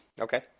Okay